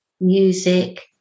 music